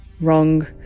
Wrong